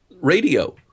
radio